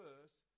first